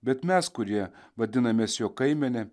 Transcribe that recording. bet mes kurie vadinamės jo kaimene